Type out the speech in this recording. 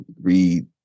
read